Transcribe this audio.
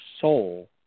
soul